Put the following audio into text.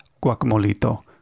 guacamolito